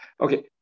Okay